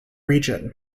region